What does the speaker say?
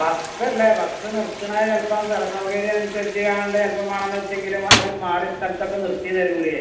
ബെസ്സല്ലേ bus നിർത്തണെ ചിലപ്പം സ്ഥലം സൗകര്യന്സരിച്ചിയാണ്ട് ചിലപ്പം വേണമെന്ന് വെച്ചങ്കിലും അവർ മാറി സ്ഥലത്തക്കെ നിർത്തി തരൂലേ